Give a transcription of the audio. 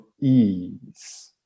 ease